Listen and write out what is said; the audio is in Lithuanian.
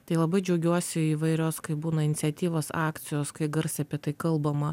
tai labai džiaugiuosi įvairios kai būna iniciatyvos akcijos kai garsiai apie tai kalbama